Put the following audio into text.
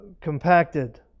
compacted